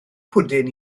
pwdin